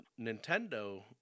Nintendo